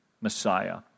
Messiah